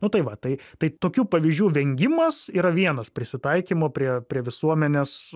nu tai va tai tai tokių pavyzdžių vengimas yra vienas prisitaikymo prie prie visuomenės